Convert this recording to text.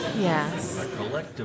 Yes